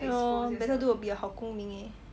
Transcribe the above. ya lor better do be a 好公民 eh